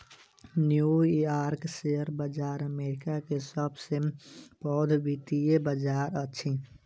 new York share America के सब से पैघ वित्तीय बाजार अछि